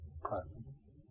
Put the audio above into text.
presence